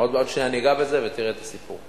עוד שנייה אני אגע בזה, ותראה את הסיפור.